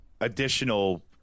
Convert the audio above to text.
additional